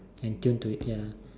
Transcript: and tune to it ya